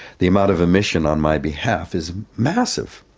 the amount of emission on my behalf is massive.